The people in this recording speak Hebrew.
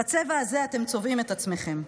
בצבע הזה אתם צובעים את עצמכם.